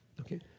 Okay